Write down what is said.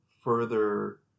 further